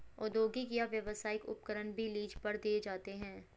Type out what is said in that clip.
औद्योगिक या व्यावसायिक उपकरण भी लीज पर दिए जाते है